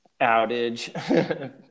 outage